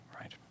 right